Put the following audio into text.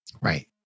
Right